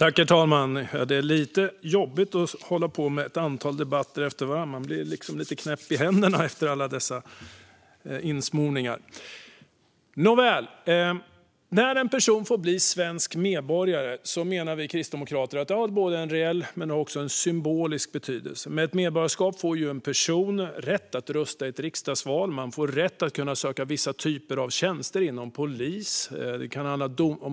Herr talman! När en person får bli svensk medborgare menar vi kristdemokrater att det har både en reell och en symbolisk betydelse. Med ett medborgarskap får en person rätt att rösta i ett riksdagsval och rätt att söka vissa typer av tjänster inom polis,